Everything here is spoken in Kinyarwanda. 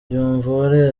byumvuhore